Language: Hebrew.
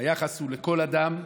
היחס הוא לכל אדם.